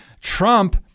Trump